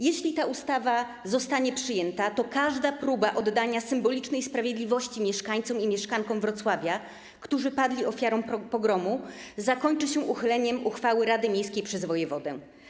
Jeśli ta ustawa zostanie przyjęta, to każda próba oddania symbolicznej sprawiedliwości mieszkańcom i mieszkankom Wrocławia, którzy padli ofiarą pogromu, zakończy się uchyleniem uchwały rady miejskiej przez wojewodę.